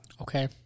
Okay